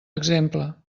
exemple